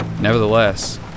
Nevertheless